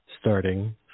starting